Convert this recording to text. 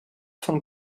von